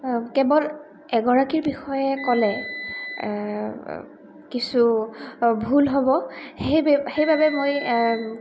কেৱল এগৰাকীৰ বিষয়ে ক'লে কিছু ভুল হ'ব সেই সেইবাবে মই